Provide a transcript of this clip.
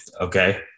okay